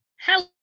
Hello